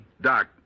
Doc